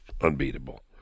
unbeatable